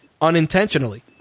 unintentionally